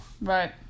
right